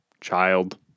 child